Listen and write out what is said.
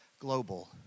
global